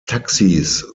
taxis